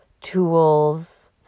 tools